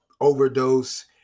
overdose